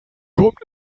kommt